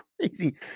crazy